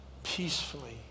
peacefully